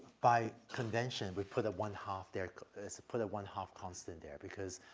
by convention, we put a one-half there so put a one-half constant there because,